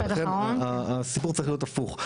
ולכן הסיפור צריך להיות הפוך.